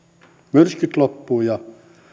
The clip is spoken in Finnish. myrskyt loppuvat ja